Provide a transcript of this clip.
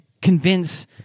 convince